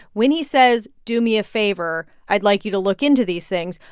when he says do me a favor, i'd like you to look into these things,